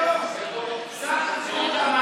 שר הבריאות אמר היום שזה נכנס באופן מיידי.